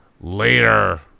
Later